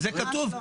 זה כתוב,